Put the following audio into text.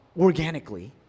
organically